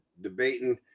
debating